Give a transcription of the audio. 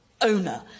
owner